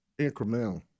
incremental